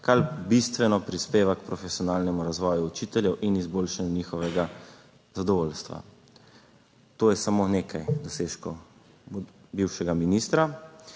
kar bistveno prispeva k profesionalnemu razvoju učiteljev in izboljšanju njihovega zadovoljstva. To je samo nekaj dosežkov bivšega ministra.